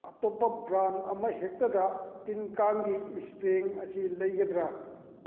ꯑꯇꯣꯞꯄ ꯕ꯭ꯔꯥꯟ ꯑꯃꯍꯦꯛꯇꯗ ꯇꯤꯟ ꯀꯥꯡꯒꯤ ꯏꯁꯄ꯭ꯔꯦꯡ ꯑꯁꯤ ꯂꯩꯒꯗ꯭ꯔꯥ